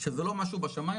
שזה לא משהו בשמיים,